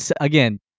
again